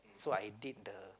so I did the